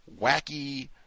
wacky